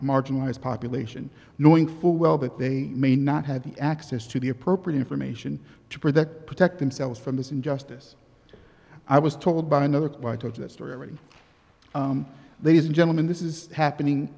marginalized population knowing full well that they may not have the access to the appropriate information to protect protect themselves from this injustice i was told by another quite a story there is gentlemen this is happening